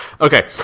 Okay